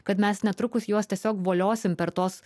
kad mes netrukus juos tiesiog voliosim per tuos